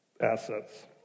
assets